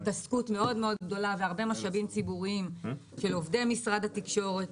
התעסקות מאוד מאוד גדולה והרבה משאבים ציבוריים של עובדי משרד התקשורת.